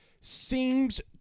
seems